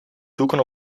zoeken